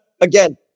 again